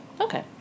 Okay